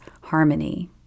harmony